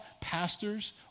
pastors